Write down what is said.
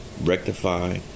rectify